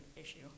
issue